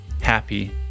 happy